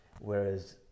Whereas